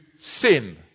sin